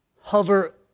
hover